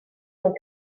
mewn